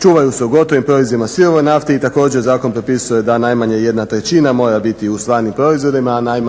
Čuvaju se u gotovim proizvodima sirove nafte i također zakon propisuje da najmanje 1/3 mora biti u stvarnim proizvodima, a